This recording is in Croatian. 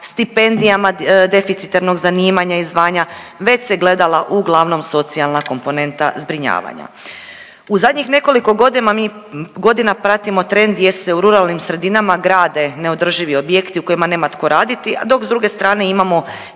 stipendijama deficitarnog zanimanja i zvanja, već se gledala uglavnom socijalna komponenta zbrinjavanja. U zadnjih nekoliko godina pratimo trend gdje se u ruralnim sredinama grade neodrživi objekti u kojima nema tko raditi, dok s druge strane imamo